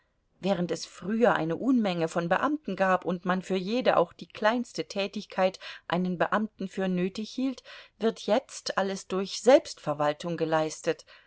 während es früher eine unmenge von beamten gab und man für jede auch die kleinste tätigkeit einen beamten für nötig hielt wird jetzt alles durch selbstverwaltung geleistet